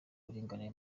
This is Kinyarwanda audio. buringanire